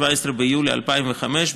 17 ביולי 2005,